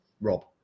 Rob